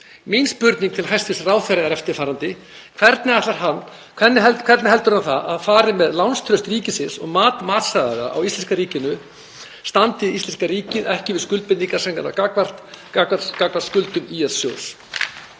Mín spurning til hæstv. ráðherra er eftirfarandi: Hvernig heldur hann að það fari með lánstraust ríkisins og mat matsaðila á íslenska ríkinu standi íslenska ríkið ekki við skuldbindingar sínar gagnvart skuldum ÍL-sjóðs?